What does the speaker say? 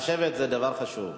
לשבת זה דבר חשוב.